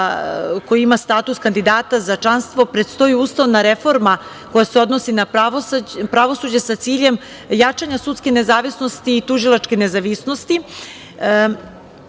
koja ima status kandidata za članstvo, predstoji ustavna reforma koja se odnosi na pravosuđe sa ciljem jačanja sudske nezavisnosti i tužilačke nezavisnosti,